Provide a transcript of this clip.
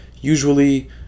usually